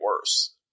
worse